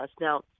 now